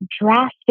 drastic